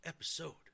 episode